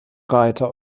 reiter